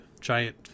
giant